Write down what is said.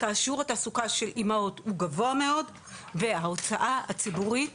שיעור התעסוקה של אימהות הוא גבוה מאוד וההוצאה הציבורית